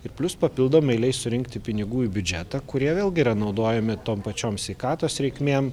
plius papildomai leis surinkti pinigų į biudžetą kurie vėlgi yra naudojami tom pačiom sveikatos reikmėm